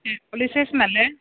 police സ്റ്റേഷനല്ലേ